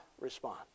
respond